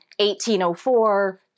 1804